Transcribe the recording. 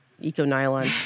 eco-nylon